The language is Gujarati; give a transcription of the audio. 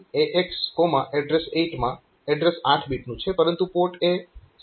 અને IN AXaddr8 માં એડ્રેસ 8 બીટનું છે પરંતુ પોર્ટ એ 16 બીટ પોર્ટ છે